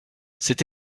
c’est